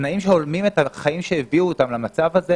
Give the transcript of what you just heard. בתנאים שהולמים את החיים שהביאו אותם למצב הזה,